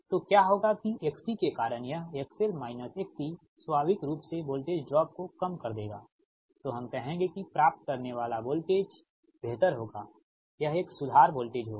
तो क्या होगा कि XC के कारण यह XL XC स्वाभाविक रूप से वोल्टेज ड्रॉप को कम कर देगा तो हम कहेंगे कि प्राप्त करने वाला वोल्टेज बेहतर होगा यह एक सुधार वोल्टेज होगा